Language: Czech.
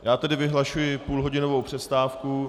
Já tedy vyhlašuji půl hodinovou přestávku.